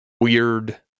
weird